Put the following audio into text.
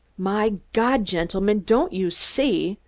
my god, gentlemen, don't you see?